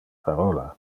parola